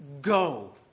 Go